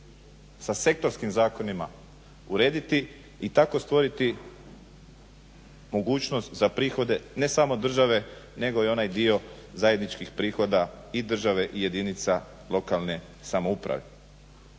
sa sektorskim zakonima urediti i tako stvoriti mogućnost za prihode ne samo države, nego i onaj dio zajedničkih prihoda i države i jedinica lokalne samouprave.